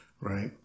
right